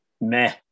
meh